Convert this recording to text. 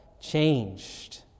changed